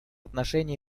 отношения